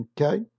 okay